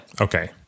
Okay